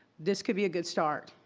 this could be a good start.